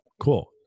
Cool